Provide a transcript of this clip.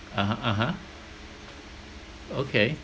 (uh huh) (uh huh) okay